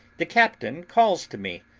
the captain calls to me,